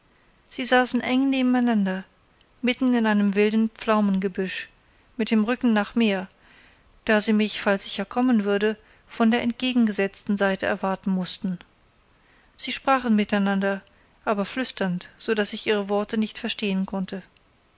sie saßen eng nebeneinander mitten in einem wilden pflaumengebüsch mit dem rücken nach mir da sie mich falls ich ja kommen würde von der entgegengesetzten seite erwarten mußten sie sprachen miteinander aber flüsternd so daß ich ihre worte nicht verstehen konnte